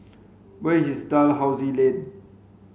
where is Dalhousie Lane